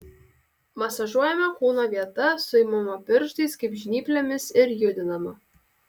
masažuojama kūno vieta suimama pirštais kaip žnyplėmis ir judinama